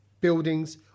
buildings